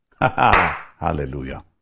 Hallelujah